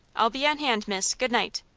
i'll be on hand, miss. good-night!